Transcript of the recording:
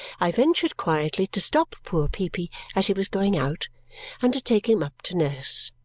i ventured quietly to stop poor peepy as he was going out and to take him up to nurse.